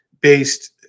based